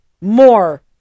more